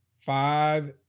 five